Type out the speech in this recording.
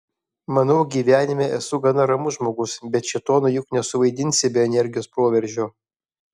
manau gyvenime esu gana ramus žmogus bet šėtono juk nesuvaidinsi be energijos proveržio